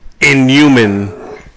inhuman